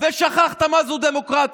מפלגה שחושבת שהיא דמוקרטית,